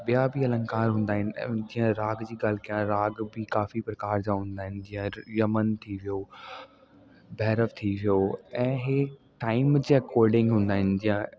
ॿिया बि अलंकार हूंदा आहिनि जीअं राग जी ॻाल्हि कयां राग बि काफ़ी प्रकार जा हूंदा आहिनि जीअं यमन थी वियो भैरव थी वियो ऐं हे टाइम जे अकोर्डिंग हूंदा आहिनि जीअं